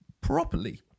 properly